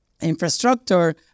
infrastructure